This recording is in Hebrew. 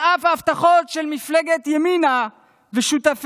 על אף ההבטחות של מפלגת ימינה ושותפיהם